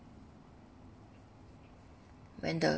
when the